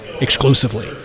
exclusively